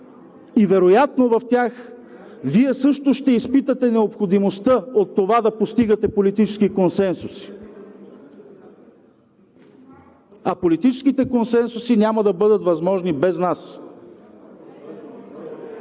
и вероятно в тях Вие също ще изпитате необходимостта от това да постигате политически консенсус, а политическите консенсуси няма да бъдат възможни без нас.